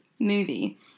movie